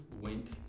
Wink